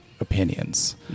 opinions